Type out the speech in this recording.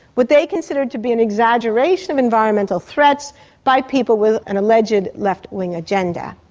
what they considered to be an exaggeration of environmental threats by people with an alleged left wing agenda.